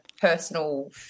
personal